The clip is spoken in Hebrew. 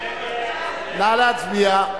נא להצביע.